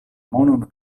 monon